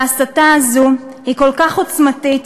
וההסתה הזאת היא כל כך עוצמתית,